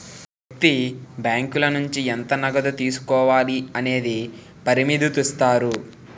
వ్యక్తి బ్యాంకుల నుంచి ఎంత నగదు తీసుకోవాలి అనేది పరిమితుదిస్తారు